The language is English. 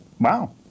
Wow